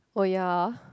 oh ya